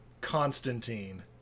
Constantine